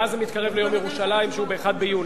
ואז זה מתקרב ליום ירושלים, שהוא ב-1 ביוני.